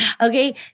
okay